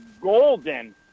golden